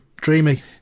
Dreamy